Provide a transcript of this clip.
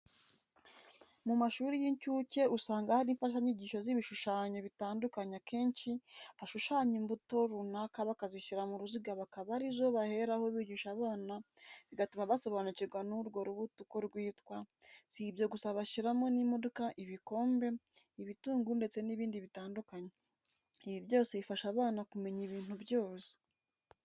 Mu mashuri y'incuke usanga hari imfashanyigisho z'ibishushanyo bitandukanye akenshi bashushanya imbuto runaka bakazishyira mu ruziga bakaba ari zo baheraho bigisha abana bigatuma basobanukirwa n'urwo rubuto uko rwitwa, si ibyo gusa bashyiramo n'imodoka, ibikombe, ibitunguru ndetse n'ibindi bitandukanye, ibi byose bifasha abana kumenya ibintu byose.